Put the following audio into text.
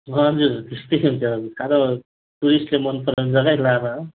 हजुर त्यस्तै हुन्छ अब साह्रो टुरिस्टले मनपराउने जग्गै लाभा हो